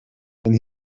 and